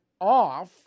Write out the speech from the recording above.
off